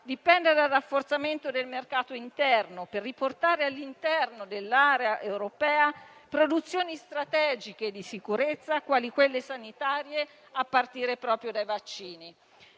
dipenda dal rafforzamento del mercato interno per riportare all'interno dell'area europea riascoltare strategiche di sicurezza, quali quelle sanitarie, a partire proprio dai vaccini.